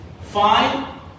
fine